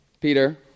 Peter